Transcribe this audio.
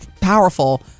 powerful